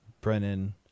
brennan